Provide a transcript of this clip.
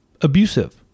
abusive